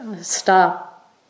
stop